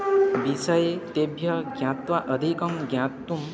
विषये तेभ्यः ज्ञात्वा अधिकं ज्ञातुं